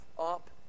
up